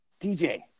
DJ